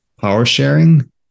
power-sharing